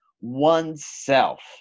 oneself